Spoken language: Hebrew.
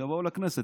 שיבואו לכנסת,